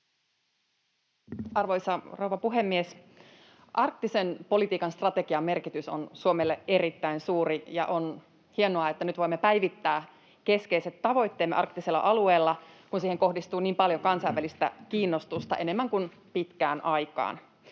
Arvoisa rouva puhemies! Arktisen politiikan strategian merkitys on Suomelle erittäin suuri, ja on hienoa, että nyt voimme päivittää keskeiset tavoitteemme arktisella alueella, kun siihen kohdistuu niin paljon kansainvälistä kiinnostusta, enemmän kuin pitkään aikaan.